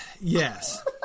Yes